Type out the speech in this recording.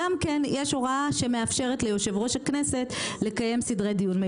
גם כאן יש הוראה שמאפשרת ליושב ראש הכנסת לקיים סדרי דיון מיוחדים.